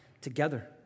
together